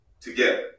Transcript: together